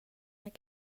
that